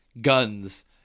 guns